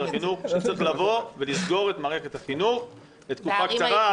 החינוך שצריך לסגור את מערכת החינוך לתקופה קצרה.